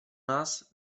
nás